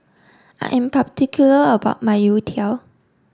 I am particular about my Youtiao